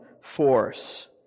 force